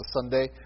Sunday